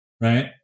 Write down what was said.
right